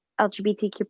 LGBTQ